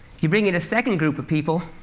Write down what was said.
you bring in a second group of people,